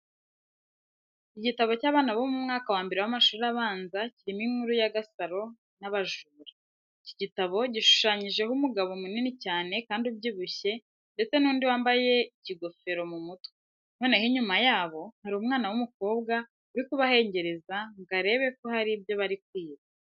Igitabo cy'abana bo mu mwaka wa mbere w'amashuri abanza kirimo inkuru ya Gasaro n'abajura. Iki gitabo gishushanyijeho umugabo munini cyane kandi ubyibushye ndetse n'undi wambaye ikigofero mu mutwe, noneho inyuma yabo hari umwana w'umukobwa uri kubahengereza ngo arebe ko hari ibyo bari kwiba.